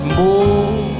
more